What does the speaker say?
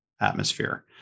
Atmosphere